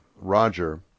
Roger